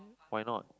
why not